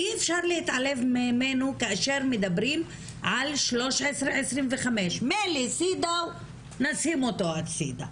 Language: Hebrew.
אי אפשר להתעלם ממנו כאשר מדברים על 1325. מילא CEDAW נשים אותו הצידה,